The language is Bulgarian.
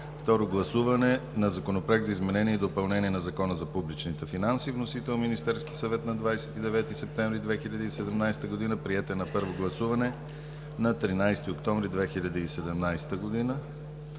Второ гласуване на Законопроект за изменение и допълнение на Закона за публичните финанси. Вносител – Министерският съвет, 29 септември 2017 г. Приет е на първо гласуване на 13 октомври 2017 г.